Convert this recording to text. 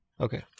Okay